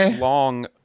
long